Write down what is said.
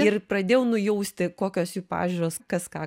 ir pradėjau nujausti kokios jų pažiūros kas ką